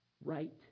Right